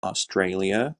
australia